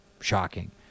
Shocking